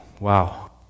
Wow